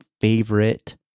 favorite